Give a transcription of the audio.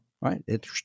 right